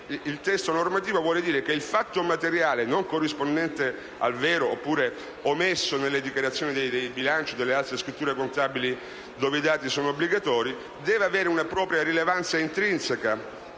Il testo normativo vuol dire che il fatto materiale non corrispondente al vero oppure omesso nelle dichiarazioni dei bilanci o nelle altre scritture contabili dove i dati sono obbligatori deve avere una propria rilevanza intrinseca.